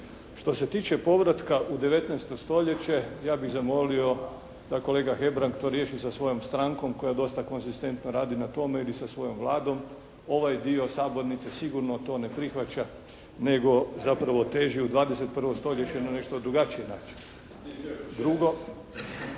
Što se tiče povratka u 19. stoljeće, ja bih zamolio da kolega Hebrang to riješi sa svojom strankom koja dosta konzistentno radi na tome ili sa svojom Vladom. Ovaj dio sabornice sigurno to ne prihvaća, nego zapravo teži u 21. stoljeće na nešto drugačiji način. Drugo,